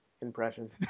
impression